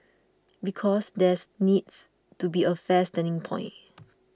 because there's needs to be a fair starting point